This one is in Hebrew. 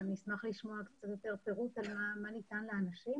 אני אשמח לשמוע קצת יותר פירוט על מה ניתן לאנשים.